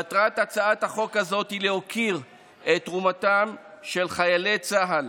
מטרת הצעת החוק הזאת היא להוקיר את תרומתם של חיילי צה"ל